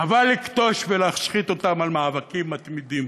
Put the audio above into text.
חבל לכתוש ולהשחית אותם על מאבקים מתמידים.